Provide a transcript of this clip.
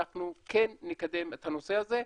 אנחנו כן נקדם את הנושא הזה.